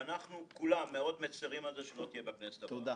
אנחנו כולנו מצרים מאוד על כך שלא תהיה בכנסת הבאה.